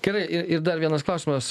gerai ir ir dar vienas klausimas